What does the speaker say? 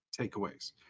takeaways